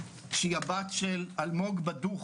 שהיא הבת של אלמוג בדוח